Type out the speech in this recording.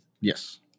Yes